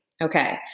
Okay